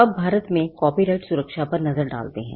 अब भारत में कॉपीराइट सुरक्षा पर नजर डालते हैं